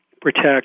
protect